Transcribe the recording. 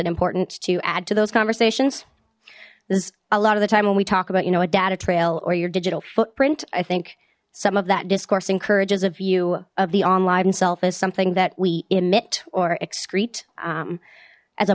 and important to add to those conversations there's a lot of the time when we talk about you know a data trail or your digital footprint i think some of that discourse encourages a view of the online themself is something that we emit or excrete as a